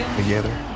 Together